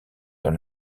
dans